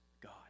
God